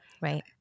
Right